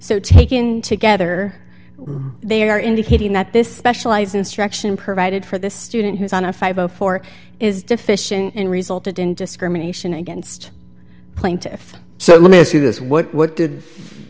so taken together they are indicating that this special i's instruction provided for this student who is on a five o four is deficient in resulted in discrimination against plaintiff so let me ask you this what